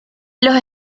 los